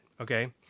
Okay